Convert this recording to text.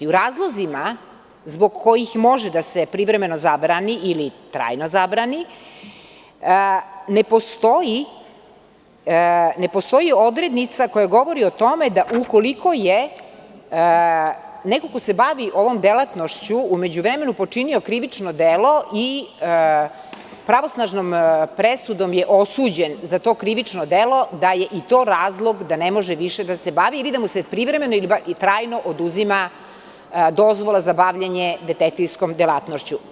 U razlozima zbog kojih može da se privremeno zabrani ili trajno zabrani, ne postoji odrednica koja govori o tome da ukoliko je neko ko se bavi ovom delatnošću, u međuvremenu počinio krivično delo, pravosnažnom presudom osuđen za krivično delo da je i to razlog da ne može više da se bavi, da mu se privremeno ili trajno oduzima dozvola za bavljenje detektivskom delatnošću.